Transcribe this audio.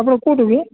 ଆପଣ କୋଉଠୁ କି